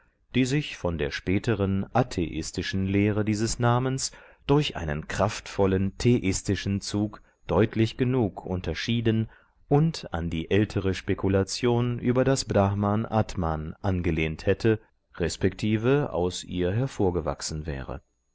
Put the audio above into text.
die sich von der späteren atheistischen lehre dieses namens durch einen kraftvollen theistischen zug deutlich genug unterschieden und an die ältere spekulation über das brahman atman angelehnt hätte resp aus ihr hervorgewachsen wäre